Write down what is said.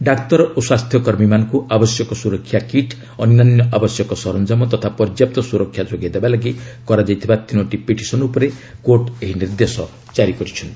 ଡାକ୍ତର ଓ ସ୍ୱାସ୍ଥ୍ୟକର୍ମୀମାନଙ୍କୁ ଆବଶ୍ୟକ ସୁରକ୍ଷା କିଟ୍ ଅନ୍ୟାନ୍ୟ ଆବଶ୍ୟକ ସରଞ୍ଜାମ ତଥା ପର୍ଯ୍ୟାପ୍ତ ସ୍କୁରକ୍ଷା ଯୋଗାଇ ଦେବା ଲାଗି କରାଯାଇଥିବା ତିନୋଟି ପିଟିସନ୍ ଉପରେ କୋର୍ଟ୍ ଏହି ନିର୍ଦ୍ଦେଶ ଜାରି କରିଛନ୍ତି